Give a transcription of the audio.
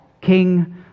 king